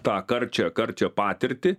tą karčią karčią patirtį